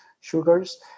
sugars